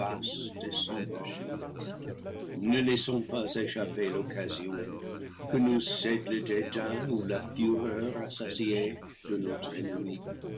ne laissons pas échapper l'occasion que nous cède le dédain ou la fureur rassa siée denotre ennemi